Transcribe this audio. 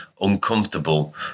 uncomfortable